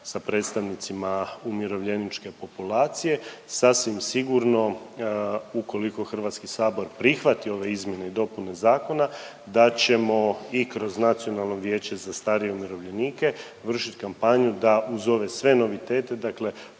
sa predstavnicima umirovljeničke populacije. Sasvim je sigurno ukoliko HS prihvati ove izmjene i dopune zakona da ćemo i kroz Nacionalno Vijeće za starije umirovljenike vršit kampanju da uz ove sve novitete, dakle